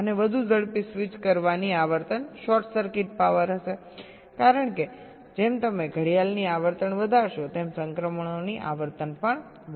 અને વધુ ઝડપી સ્વિચ કરવાની આવર્તન શોર્ટ સર્કિટ પાવર હશે કારણ કે જેમ તમે ઘડિયાળની આવર્તન વધારશો તેમ સંક્રમણોની આવર્તન પણ વધશે